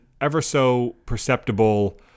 ever-so-perceptible